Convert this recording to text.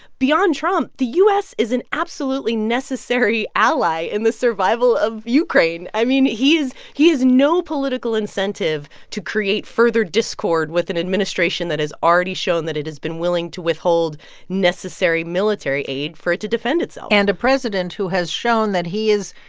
beyond trump, the u s. is an absolutely necessary ally in the survival of ukraine. i mean, he has no political incentive to create further discord with an administration that has already shown that it has been willing to withhold necessary military aid for it to defend itself and a president who has shown that he is,